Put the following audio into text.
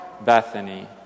Bethany